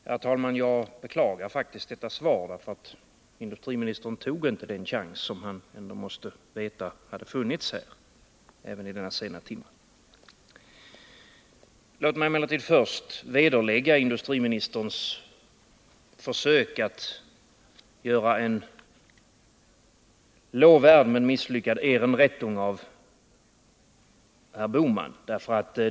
Herr talman! Jag beklagar detta svar. Industriministern tog inte den chans han ändå måste veta fanns även i denna sena timme. Låt mig först få vederlägga industriministerns försök att göra en lovvärd men misslyckad Ehrenrettung av herr Bohmans uttalanden.